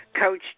Coach